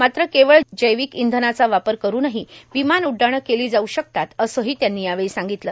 मात्र केवळ र्जैर्वक इंधनाचा वापर करूनही र्वमान उड्डाणे घेतली जाऊ शकतात असंही त्यांनी सांगगतलं